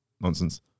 Nonsense